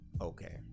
Okay